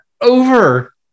over